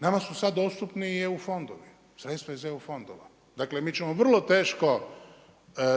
nama su sada dostupni i EU fondovi, sredstva iz EU fondova, dakle mi ćemo vrlo teško